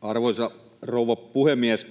Arvoisa rouva puhemies!